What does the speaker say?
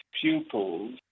pupils